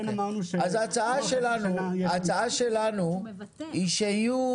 ההצעה שלנו היא שיהיו